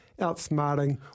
outsmarting